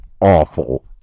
awful